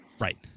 Right